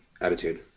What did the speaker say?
attitude